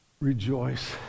rejoice